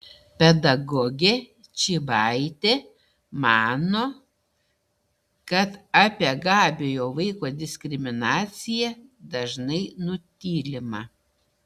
pedagogė čybaitė mano kad apie gabiojo vaiko diskriminaciją dažnai nutylima